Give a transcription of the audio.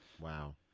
Wow